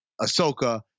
Ahsoka